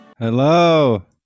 Hello